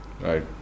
Right